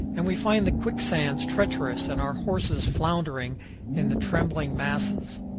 and we find the quicksands treacherous and our horses floundering in the trembling masses.